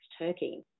Turkey